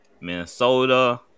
Minnesota